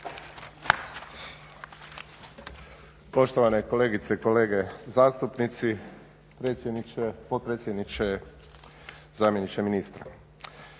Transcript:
Poštovane kolegice i kolege zastupnici, potpredsjedniče, zamjeniče ministra.